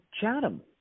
Chatham